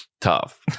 tough